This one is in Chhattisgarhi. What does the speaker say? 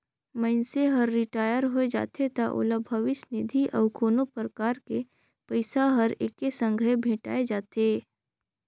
मइनसे हर रिटायर होय जाथे त ओला भविस्य निधि अउ कोनो परकार के पइसा हर एके संघे भेंठाय जाथे